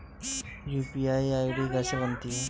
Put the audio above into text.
UPI ID कैसे बनाते हैं?